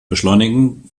beschleunigen